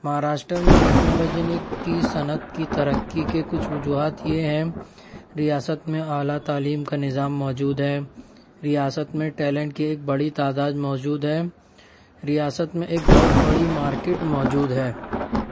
مہاراشٹر میں ٹکنالوجی نے کی صنعت کی ترقی کے کچھ وجوہات یہ ہیں ریاست میں اعلیٰ تعلیم کا نظام موجود ہے ریاست میں ٹیلینٹ کی ایک بڑی تعداد موجود ہے ریاست میں ایک بہت بڑی مارکیٹ موجود ہے